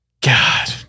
God